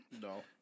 No